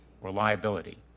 reliability